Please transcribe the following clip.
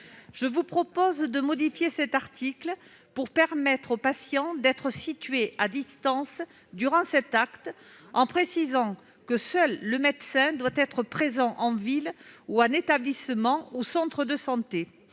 Je vous propose de modifier cet article pour permettre aux patients d'être situés à distance durant cet acte, seul le médecin devant être présent en ville ou dans l'établissement ou le centre de santé